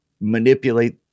manipulate